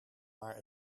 maar